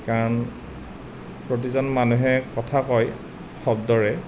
কাৰণ প্ৰতিজন মানুহে কথা কয় শব্দৰে